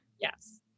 Yes